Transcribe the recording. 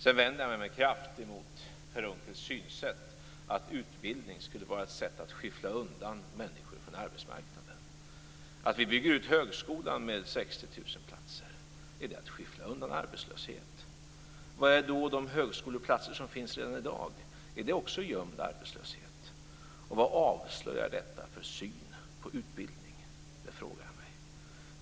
Sedan vänder jag mig med kraft emot Per Unckels synsätt, att utbildning skulle vara en metod att skyffla undan människor från arbetsmarknaden. Att vi bygger ut högskolan med 60 000 platser, är det att skyffla undan arbetslöshet? Vad är då de högskoleplatser som finns redan i dag? Är det också gömd arbetslöshet? Och vad avslöjar detta för syn på utbildning? Det frågar jag mig.